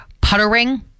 puttering